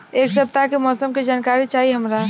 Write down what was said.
एक सपताह के मौसम के जनाकरी चाही हमरा